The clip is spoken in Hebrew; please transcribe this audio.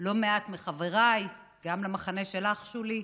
גם לא מעט מחבריי, גם במחנה שלך, שולי,